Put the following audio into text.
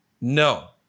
No